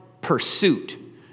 pursuit